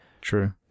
True